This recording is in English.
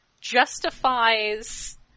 justifies